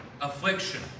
Affliction